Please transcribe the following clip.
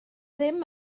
ddim